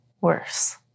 worse